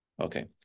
Okay